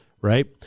Right